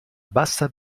bassa